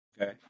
Okay